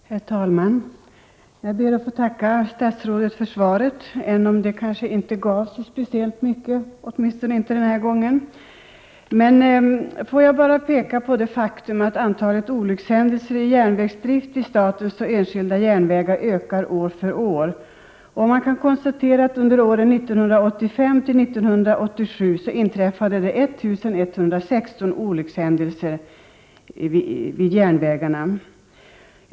Herr talman! Jag ber att få tacka statsrådet för svaret, även om det kanske inte gav speciellt mycket, åtminstone inte den här gången. Jag vill bara peka på det faktum att antalet olyckshändelser i samband med järnvägsdrift vid statens och enskilda järnvägar ökar år från år. Under åren 1985—1987 inträffade 1 116 olyckshändelser vid järnvägarna.